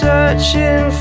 Searching